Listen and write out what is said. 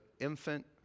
infant